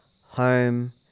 home